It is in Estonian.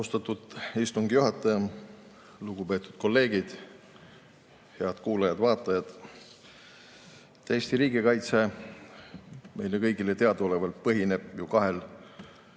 Austatud istungi juhataja! Lugupeetud kolleegid! Head kuulajad ja vaatajad! Eesti riigikaitse meile kõigile teadaolevalt põhineb kahel